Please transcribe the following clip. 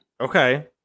Okay